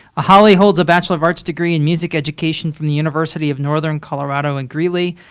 holly holds a bachelor of arts degree in music education from the university of northern colorado in greeley,